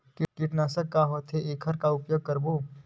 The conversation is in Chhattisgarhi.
कीटनाशक का होथे एखर का उपयोग करबो?